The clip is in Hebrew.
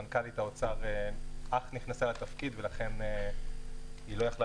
מנכ"לית האוצר אך נכנס לתפקיד ולכן היא לא יכלה